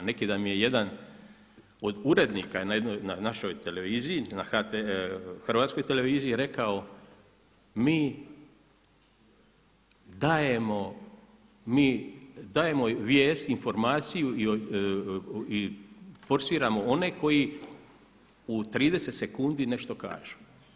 Neki dan mi je jedan od urednika na jednoj, na našoj televiziji na Hrvatskoj televiziji rekao mi dajemo, mi dajemo vijest, informaciju i forsiramo one koji u 30 sekundi nešto kažu.